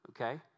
okay